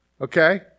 Okay